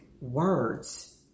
words